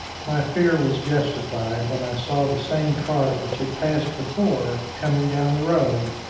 my fear was justified when i saw the same cart which had passed before coming down the road,